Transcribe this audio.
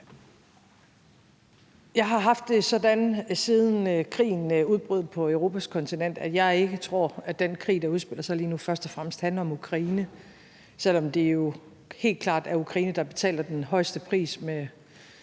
Jeg har haft det sådan, siden krigen udbrød på Europas kontinent, at jeg ikke tror, at den krig, der udspiller sig lige nu, først og fremmest handler om Ukraine. Selv om det jo helt klart er Ukraine, der betaler den højeste pris med